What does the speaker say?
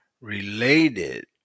related